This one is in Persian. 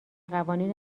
قوانین